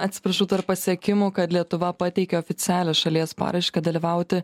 atsiprašau tarp pasiekimų kad lietuva pateikė oficialią šalies paraišką dalyvauti